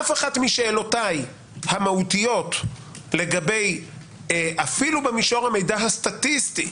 אף אחת משאלותיי המהותיות אפילו במישור המידע הסטטיסטי